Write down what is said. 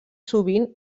sovint